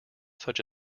such